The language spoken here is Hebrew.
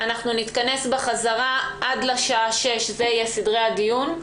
נתכנס בחזרה עד לשעה 18:00. אלה יהיו סדרי הדיון,